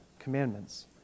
commandments